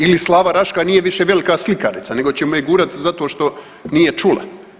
Ili Slava Raškaj nije više velika slikarica, nego ćemo je gurati zato što nije čula.